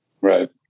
Right